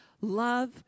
Love